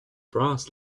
brass